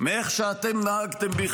מאיך שאתם נהגתם בי,